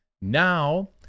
Now